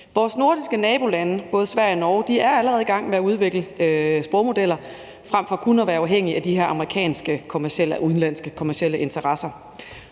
Vores nordiske nabolande, både Sverige og Norge, er allerede i gang med at udvikle sprogmodeller frem for kun at være afhængige af de her udenlandske kommercielle interesser,